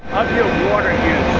your water use?